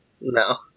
No